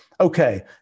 okay